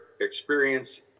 experience